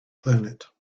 planet